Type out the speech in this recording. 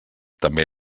també